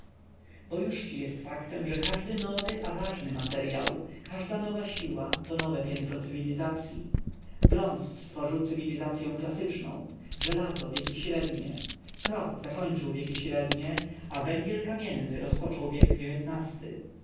bo jużci jest faktem że każdy nowy a ważny materyał każda nowa siła to nowe piętro cywilizacyi bronz stworzył cywilizacyą klasyczną żelazo wieki średnie proch zakończył wieki średnie a węgiel kamienny rozpoczął wiek